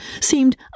seemed